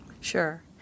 Sure